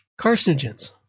Carcinogens